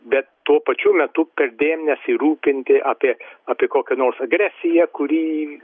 bet tuo pačiu metu perdėm nesirūpinti apie apie kokią nors agresiją kuri